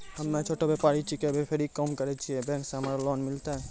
हम्मे छोटा व्यपारी छिकौं, फेरी के काम करे छियै, बैंक से हमरा लोन मिलतै?